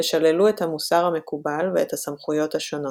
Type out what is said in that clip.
ושללו את המוסר המקובל ואת הסמכויות השונות.